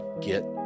get